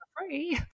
free